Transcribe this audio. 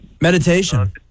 Meditation